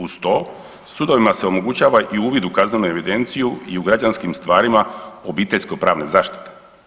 Uz to sudovima se omogućava i uvid u kaznenu evidenciju i u građanskim stvarima obiteljsko pravne zaštite.